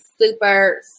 super